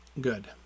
Good